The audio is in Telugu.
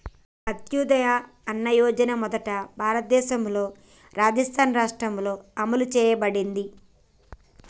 అంత్యోదయ అన్న యోజన మొదట భారతదేశంలోని రాజస్థాన్ రాష్ట్రంలో అమలు చేయబడింది